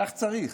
כך צריך.